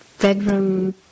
bedroom